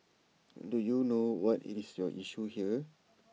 do you know what IT is your issue here